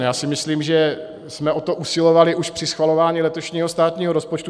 Já si myslím, že jsme o to usilovali už při schvalování letošního státního rozpočtu.